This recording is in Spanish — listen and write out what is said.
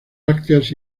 brácteas